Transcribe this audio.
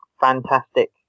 fantastic